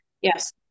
Yes